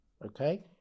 Okay